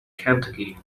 kentucky